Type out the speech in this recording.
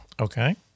Okay